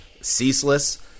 ceaseless